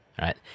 right